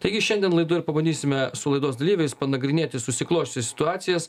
taigi šiandien laidoj ir pabandysime su laidos dalyviais panagrinėti susiklosčiusias situacijas